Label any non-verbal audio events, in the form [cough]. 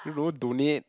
[noise] donate